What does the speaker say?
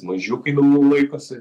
mažiukai daugiau laikosi